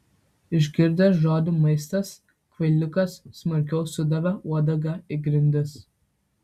išgirdęs žodį maistas kvailiukas smarkiau sudavė uodega į grindis